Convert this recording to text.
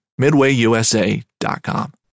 MidwayUSA.com